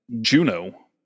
Juno